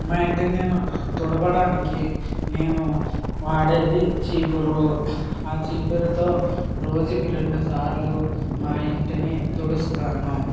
మా ఇంటిని నేను తుడవడానికి నేను వాడేది చీపురు ఆ చీపురుతో రోజుకు రెండు సార్లు మా ఇంటిని తుడుస్తాను